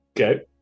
Okay